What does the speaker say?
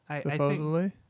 Supposedly